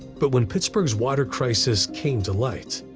but when pittsburgh's water crisis came to light,